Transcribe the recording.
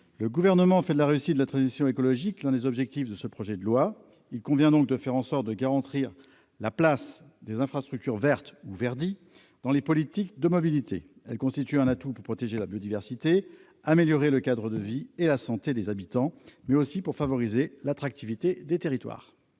Le Gouvernement fait de la réussite de la transition écologique l'un des objectifs de ce projet de loi. Il convient donc de garantir la place des infrastructures vertes ou verdies dans les politiques de mobilité. Elles constituent un atout pour protéger la biodiversité, améliorer le cadre de vie et la santé des habitants, mais aussi pour favoriser l'attractivité des territoires.